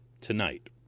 tonight